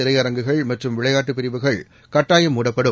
திரையரங்குகள் மற்றும் வியைளாட்டு பிரிவுகள் கட்டாயம் மூடப்படும்